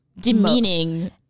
Demeaning